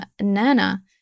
Nana